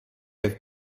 have